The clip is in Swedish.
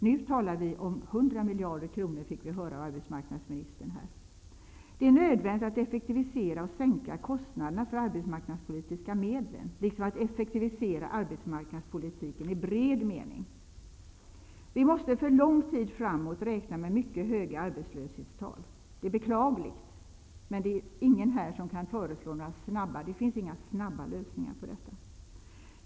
Nu är det fråga om 100 miljarder kronor, fick vi höra av arbetsmarknadsministern tidigare i debatten. Det är nödvändigt att effektivisera och sänka kostnaderna för de arbetsmarknadspolitiska medlen liksom att effektivisera arbetsmarknadspolitiken i bred mening. Vi måste för lång tid framåt räkna med mycket höga arbetslöshetstal. Det är beklagligt, men det finns inga snabba lösningar på problemet.